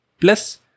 Plus